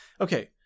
Okay